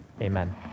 Amen